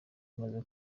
maze